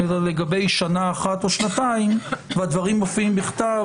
אלא לגבי שנה אחת או שנתיים והדברים מופיעים בכתב,